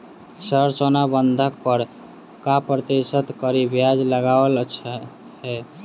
Sir सोना बंधक पर कऽ प्रतिशत धरि ब्याज लगाओल छैय?